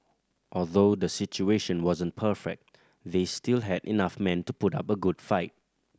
although the situation wasn't perfect they still had enough men to put up a good fight